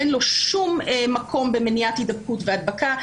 אין לו שום מקום במניעת הידבקות והדבקה.